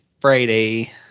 Friday